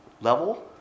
level